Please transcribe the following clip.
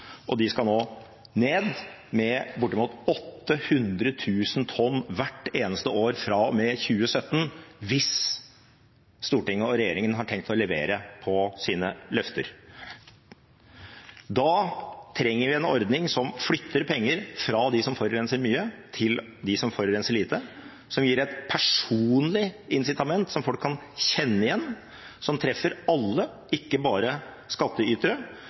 De skal nå ned med bortimot 800 000 tonn hvert eneste år fra og med 2017 hvis Stortinget og regjeringen har tenkt å levere på sine løfter. Da trenger vi en ordning som flytter penger fra dem som forurenser mye, til dem som forurenser lite, som gir et personlig incitament som folk kan kjenne igjen, som treffer alle – ikke bare skatteytere,